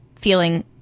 feeling